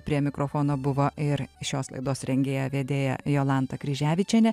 prie mikrofono buvo ir šios laidos rengėja vedėja jolanta kryževičienė